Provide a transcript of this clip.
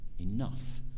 enough